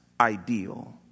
ideal